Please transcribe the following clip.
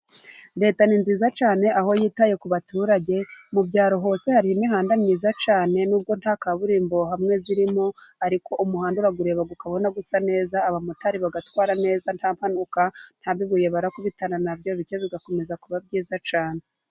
Leta ni nziza cyane, aho yitaye ku baturage, mu byaro hose hariho imihanda myiza cyane, nubwo nta kaburimbo hamwe irimo, ariko umuhanda urawureba ukabona usa neza , abamotari batwara neza nta mpanuka, nta bibuye barakubitana nabyo, bityo bigakomeza kuba byiza cyane.